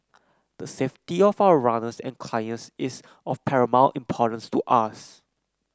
the safety of our runners and clients is of paramount importance to us